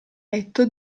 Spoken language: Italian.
letto